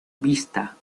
vista